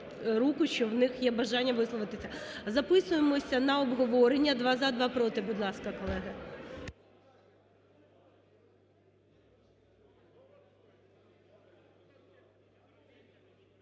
що в них є бажання висловитися. Записуємося на обговорення: два - за, два - проти. Будь ласка, колеги.